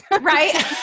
Right